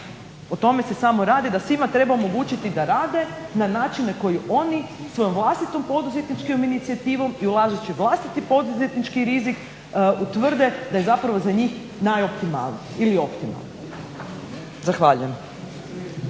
O tome se samo radi da svima treba omogućiti da rade na načine koji oni svojom vlastitom poduzetničkom inicijativom i ulažući vlastiti poduzetnički rizik utvrde da je zapravo za njih najoptimalnije ili optimalno. Zahvaljujem.